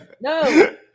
No